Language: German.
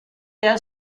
der